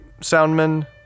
Soundman